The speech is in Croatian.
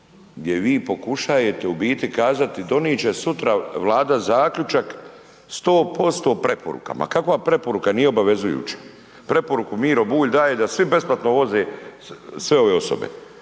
gdje vi pokušajete u biti kazati donit će sutra Vlada zaključak 100% preporukama, kakva preporuka, nije obavezujuća, preporuku Miro Bulj daje da svi besplatno voze sve ove osobe,